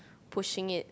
pushing it